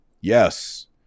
Yes